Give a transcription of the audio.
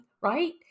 right